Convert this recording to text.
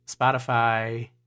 Spotify